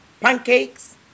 Pancakes